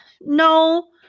No